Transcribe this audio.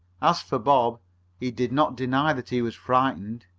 as for bob he did not deny that he was frightened.